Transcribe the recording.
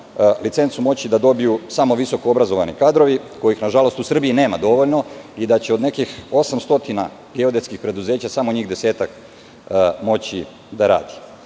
licencu moći da dobiju samo visoko obrazovani kadrovi, kojih, nažalost, u Srbiji nema dovoljno i da će od nekih 800 geodetskih preduzeća, samo njih desetak moći da radi. Kao